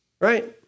right